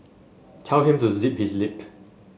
tell him to zip his lip